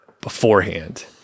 beforehand